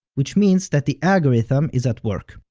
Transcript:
which means that the algorithm is at work.